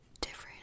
different